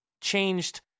changed